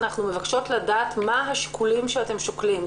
אנחנו מבקשים לדעת מה השיקולים שאתם שוקלים.